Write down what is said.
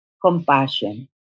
Compassion